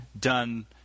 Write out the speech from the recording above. done